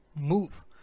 move